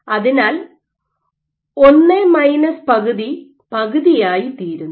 അതിനാൽ 1 മൈനസ് പകുതി പകുതിയായിത്തീരുന്നു